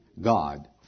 God